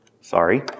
sorry